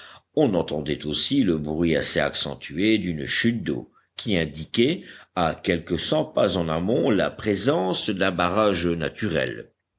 on entendait aussi le bruit assez accentué d'une chute d'eau qui indiquait à quelques cents pas en amont la présence d'un barrage naturel